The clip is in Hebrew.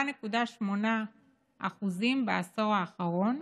ב-8.8% בעשור האחרון